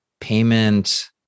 payment